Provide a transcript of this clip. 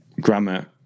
grammar